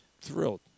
thrilled